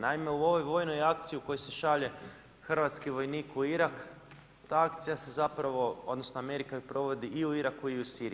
Naime, u ovoj vojnoj akciji u kojoj se šalje hrvatski vojnik u Irak, ta akcija se zapravo odnosno, Amerika ju provodi i u Iraku i u Siriji.